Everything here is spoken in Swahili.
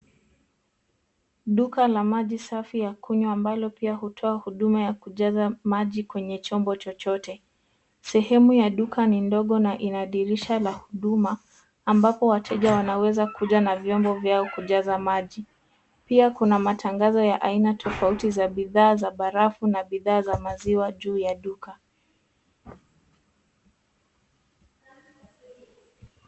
Duka la maji safi ya kunywa ambalo pia hutoa huduma ya kujaza maji kwenye chombo chochote. Sehemu ya duka ni ndogo na ina dirisha la huduma, ambapo wateja wanaweza kuja na vyombo vyao kujaza maji. Pia kuna matangazo ya aina tofauti za bidhaa za barafu na bidhaa za maziwa juu ya duka.